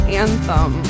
anthem